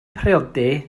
priodi